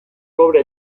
kobre